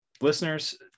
listeners